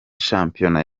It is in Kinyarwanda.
shampiyona